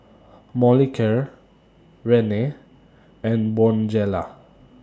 Molicare Rene and Bonjela